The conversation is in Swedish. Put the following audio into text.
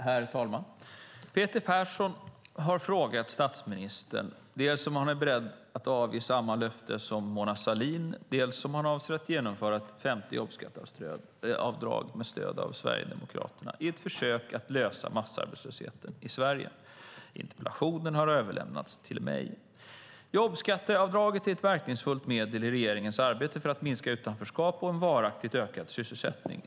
Herr talman! Peter Persson har frågat statsministern dels om han är beredd att avge samma löfte som Mona Sahlin, dels om han avser att genomföra ett femte jobbskatteavdrag med stöd av Sverigedemokraterna i ett försök att lösa problemet med massarbetslösheten i Sverige. Interpellationen har överlämnats till mig. Jobbskatteavdraget är ett verkningsfullt medel i regeringens arbete för att minska utanförskapet och att varaktigt öka sysselsättningen.